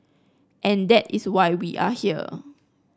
and that is why we are here